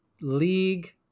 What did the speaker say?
league